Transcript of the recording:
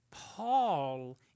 Paul